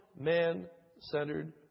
man-centered